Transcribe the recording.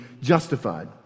justified